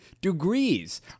degrees